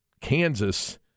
Kansas